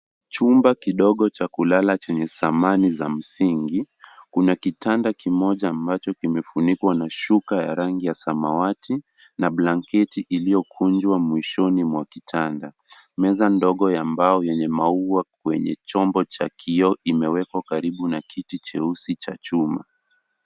Chumba kidogo cha kulala chenye samani ya kimsingi. Kuna kitanda kimoja cheupe ambacho imefunikwa na shuka ya rangi ya samawati na blanketi iliyo kunjwa mwishoni mwa kitanda. Meza ndogo yenye maua kwenye chombo cha kioo imewekwa karibu na kiti cheusi cha chuma.